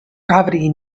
gravity